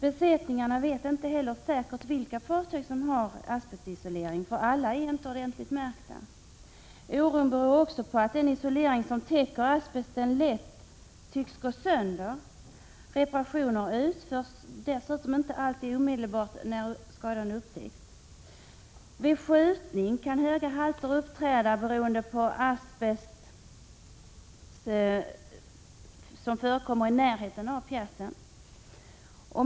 Besättningarna vet inte heller säkert vilka fartyg som har asbestisolering. 3 Alla är nämligen inte ordentligt märkta. Oron beror också på att den isolering som täcker asbesten lätt tycks gå sönder. Reparationer utförs inte heller alltid omedelbart när skadan uppstår. Exempelvis vid skjutning kan höga halter uppträda, beroende på att asbest förekommer i närheten av pjäsen.